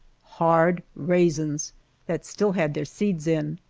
hard raisins that still had their seeds in.